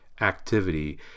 activity